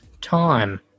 time